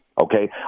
okay